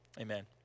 amen